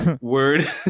Word